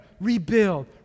rebuild